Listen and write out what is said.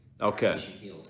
Okay